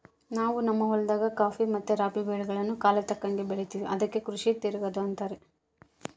ನಾವು ನಮ್ಮ ಹೊಲದಾಗ ಖಾಫಿ ಮತ್ತೆ ರಾಬಿ ಬೆಳೆಗಳ್ನ ಕಾಲಕ್ಕತಕ್ಕಂಗ ಬೆಳಿತಿವಿ ಅದಕ್ಕ ಕೃಷಿ ತಿರಗದು ಅಂತಾರ